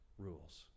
rules